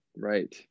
Right